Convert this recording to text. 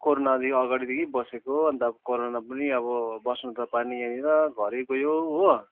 कोरोनादेखि अगाडिदेखि बसेको अन्त अब कोरोना पनि अब बस्नु त पर्ने होइन घर गयो हो